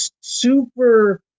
super